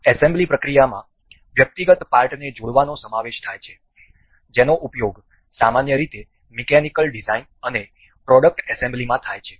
assembly પ્રક્રિયામાં વ્યક્તિગત પાર્ટને જોડવાનો સમાવેશ થાય છે જેનો ઉપયોગ સામાન્ય રીતે મિકેનિકલ ડિઝાઇન અને પ્રોડક્ટ એસેમ્બલીમાં થાય છે